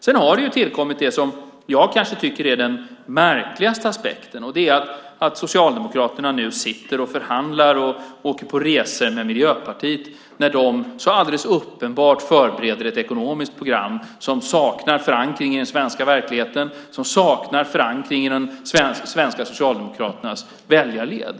Sedan har det tillkommit något som jag kanske tycker är den märkligaste aspekten, nämligen att Socialdemokraterna nu sitter och förhandlar och åker på resor med Miljöpartiet när de så alldeles uppenbart förbereder ett ekonomiskt program som saknar förankring i den svenska verkligheten och som saknar förankring i de svenska Socialdemokraternas väljarled.